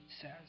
says